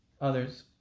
others